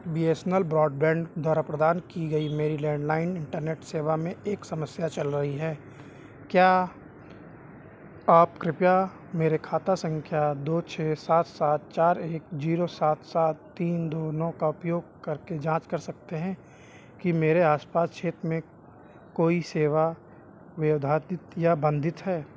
B S N L broadband द्वारा प्रदान की गई मेरी लैण्डलाइन इन्टरनेट सेवा में एक समस्या चल रही है क्या आप कृपया मेरे खाता सँख्या दो छह सात सात चार एक ज़ीरो सात सात तीन दो नौ का उपयोग करके जाँच कर सकते हैं कि मेरे आसपास क्षेत्र में कोई सेवा व्यवधातित या बाधित है